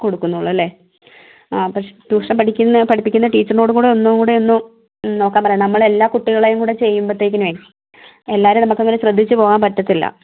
കൊടുക്കുന്നുള്ളൂ അല്ലേ ആ പഷ് ട്യൂഷൻ പഠിക്കുന്ന പഠിപ്പിക്കുന്ന ടിച്ചറിനോടും കൂടെ ഒന്നുകൂടെ ഒന്ന് നോക്കാൻ പറയണം നമ്മൾ എല്ലാ കുട്ടികളെയും കൂടെ ചെയ്യുമ്പോഴത്തേക്കിനുമേ എല്ലാവരെയും നമുക്കങ്ങനെ ശ്രദ്ധിച്ച് പോവാൻ പറ്റത്തില്ല